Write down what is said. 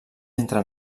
entre